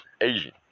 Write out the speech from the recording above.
Asian